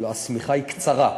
השמיכה היא קצרה.